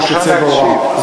וזה צבע עורם.